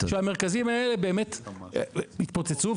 שהמרכזים האלה באמת יתפוצצו,